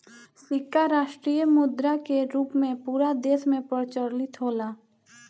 सिक्का राष्ट्रीय मुद्रा के रूप में पूरा देश में प्रचलित होला